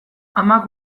amak